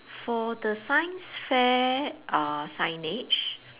for the science fair uh signage